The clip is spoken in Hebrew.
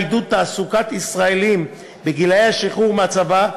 עידוד תעסוקת ישראלים גילאי השחרור מהצבא,